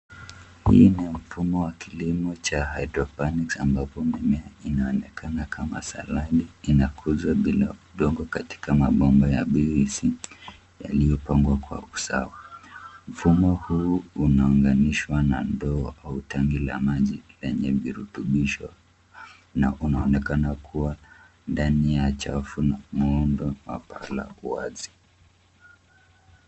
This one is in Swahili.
Hii ni mfumo wa kilimo cha hydroponics ambapo mimea inaonekana kama saladi ina kuuzwa bila udongo katika mabomba ya BVC yaliyopangwa kwa usawa. Mfumo huu unaunganishwa na ndoo au tanki la maji lenye virutubisho na unaonekana kuwa ndani ya chafu na muundo wa paa la uwazi.